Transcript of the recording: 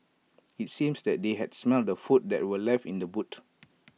IT seemed that they had smelt the food that were left in the boot